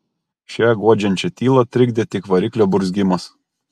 šią guodžiančią tylą trikdė tik variklio burzgimas